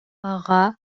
ага